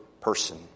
person